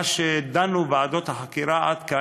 מה שדנו בו ועדות החקירה עד עתה